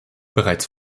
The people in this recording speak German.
bereits